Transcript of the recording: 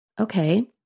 Okay